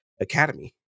academy